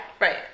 Right